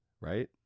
right